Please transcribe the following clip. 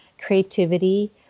creativity